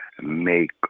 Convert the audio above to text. make